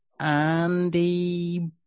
Andy